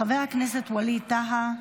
חבר הכנסת ווליד טאהא,